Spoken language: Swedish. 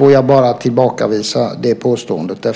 Jag vill bara tillbakavisa det påståendet.